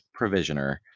Provisioner